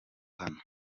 hano